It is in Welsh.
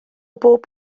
bob